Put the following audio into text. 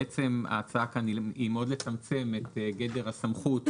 בעצם ההצעה כאן היא מאוד לצמצם את גדר הסמכות,